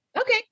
okay